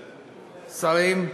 שרים,